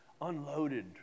unloaded